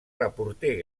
reporter